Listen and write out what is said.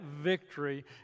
victory